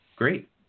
Great